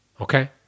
Okay